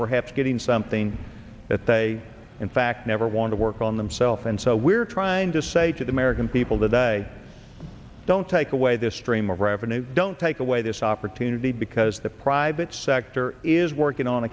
perhaps getting something that they in fact never want to work on themself and so we're trying to say to the american people today don't take away this stream of revenue don't take away this opportunity because the private sector is working on